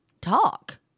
talk